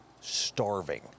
starving